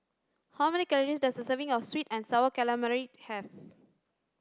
how many calories does a serving of sweet and sour calamari have